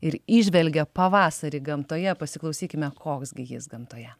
ir įžvelgia pavasarį gamtoje pasiklausykime koks gi jis gamtoje